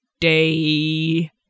day